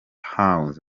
house